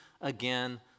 again